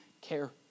care